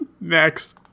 Next